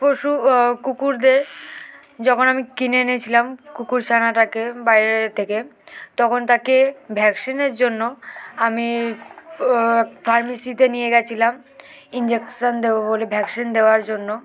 পশু কুকুরদের যখন আমি কিনে এনেছিলাম কুকুর ছানাটাকে বাইরের থেকে তখন তাকে ভ্যাকসিনের জন্য আমি ফার্মেসিতে নিয়ে গিয়েছিলাম ইঞ্জেকশন দেবো বলে ভ্যাকসিন দেওয়ার জন্য